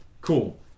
Cool